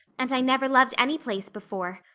and i never loved any place before.